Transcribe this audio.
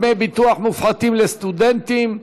דמי ביטוח מופחתים לסטודנטים),